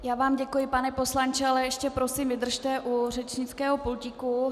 Já vám děkuji, pane poslanče, ale ještě prosím vydržte u řečnického pultíku.